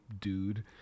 dude